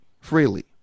freely